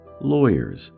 lawyers